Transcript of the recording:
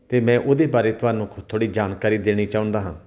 ਅਤੇ ਮੈਂ ਉਹਦੇ ਬਾਰੇ ਤੁਹਾਨੂੰ ਕੁਛ ਥੋੜ੍ਹੀ ਜਾਣਕਾਰੀ ਦੇਣੀ ਚਾਹੁੰਦਾ ਹਾਂ